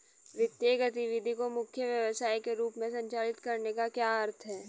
वित्तीय गतिविधि को मुख्य व्यवसाय के रूप में संचालित करने का क्या अर्थ है?